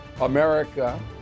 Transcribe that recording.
America